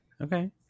Okay